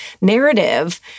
narrative